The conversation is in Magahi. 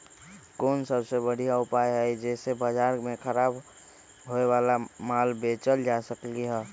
कोन सबसे बढ़िया उपाय हई जे से बाजार में खराब होये वाला माल बेचल जा सकली ह?